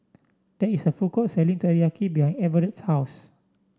there is a food court selling Teriyaki behind Everett's house